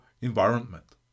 environment